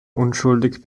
unschuldig